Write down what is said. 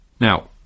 Now